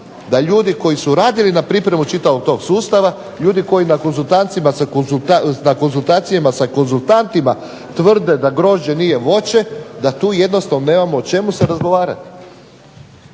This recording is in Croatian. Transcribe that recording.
da ljudi koji su radili na pripremi čitavog tog sustava, ljudi koji na konzultacijama sa konzultantima tvrde da grožđe nije voće, da tu jednostavno nemamo o čemu se razgovarati.